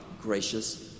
gracious